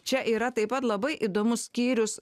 čia yra taip pat labai įdomus skyrius